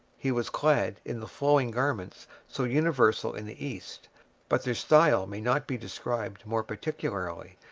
he was clad in the flowing garments so universal in the east but their style may not be described more particularly,